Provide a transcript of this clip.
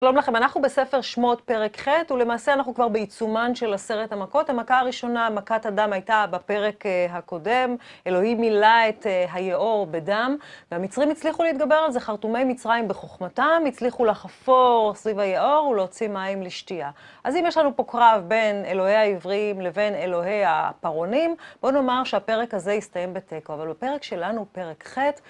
שלום לכם, אנחנו בספר שמות פרק ח', ולמעשה אנחנו כבר בעיצומן של עשרת המכות. המכה הראשונה, מכת הדם, הייתה בפרק הקודם, אלוהים מילא את היאור בדם, והמצרים הצליחו להתגבר על זה, חרטומי מצרים בחוכמתם הצליחו לחפור סביב היאור ולהוציא מים לשתייה. אז אם יש לנו פה קרב בין אלוהי העברים לבין אלוהי הפרעונים, בואו נאמר שהפרק הזה יסתיים בתיקו, אבל בפרק שלנו הוא פרק ח'